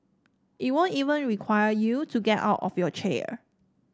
it won't even require you to get out of your chair